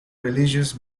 religious